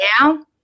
now